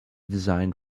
designed